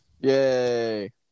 Yay